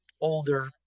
older